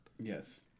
Yes